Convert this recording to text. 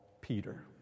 Peter